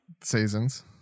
seasons